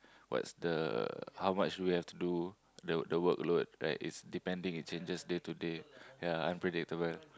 what's the how much we have to do the the workload right it's depending it changes day to day ya unpredictable